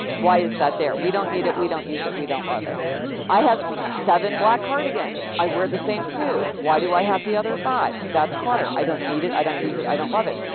why is that there? we don't need it. we don't use it. we don't love it i have seven black cardigans. i wear the same two. why do i have the other five? that's clutter. i don't need it. i don't use it. i don't love it.